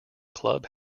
club